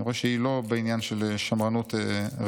אני רואה שהיא לא בעניין של שמרנות רפובליקנית.